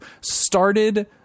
started